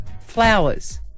Flowers